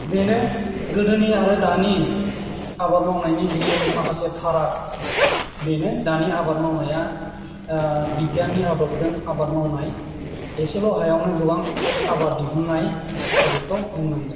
बेनो गोदोनि आरो दानि आबाद मावनायनि जि माखासे फाराग बेनो दानि आबाद मावनाया बिगियाननि आदबजों आबाद मावनाय एसेल' हायावनो गोबां आबाद दिहुननाय दा बेखौ बुंनांगोन